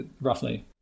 roughly